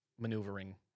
Maneuvering